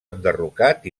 enderrocat